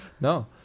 No